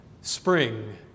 spring